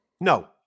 No